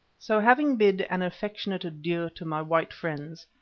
so having bid an affectionate adieu to my white friends,